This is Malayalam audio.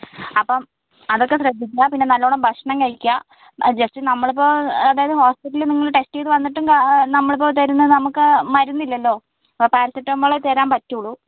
അപ്പം അതൊക്കെ ശ്രദ്ധിക്കണം പിന്നെ നല്ലതുപോലെ ഭക്ഷണം കഴിക്കുക ജസ്റ്റ് നമ്മള് ഇപ്പോൾ അതായത് ഹോസ്പിറ്റലില് നിങ്ങൾ ഇപ്പോൾ ടെസ്റ്റ് ചെയ്യാൻ വന്നിട്ടും കാര്യം നമ്മള് ഇപ്പം തരുന്ന മരുന്ന് ഇല്ലല്ലോ പാരസെറ്റമോൾ തരാൻ പറ്റുകയുള്ളു